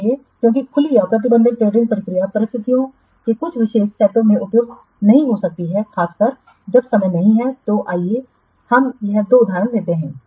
इसलिए क्योंकि खुली या प्रतिबंधित टेंडरिंग प्रक्रिया परिस्थितियों के कुछ विशेष सेटों में उपयुक्त नहीं हो सकती है खासकर जब समय नहीं है तो आइए हम यहां दो उदाहरण लेते हैं